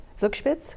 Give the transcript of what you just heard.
Zugspitz